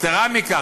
יתרה מכך,